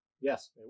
yes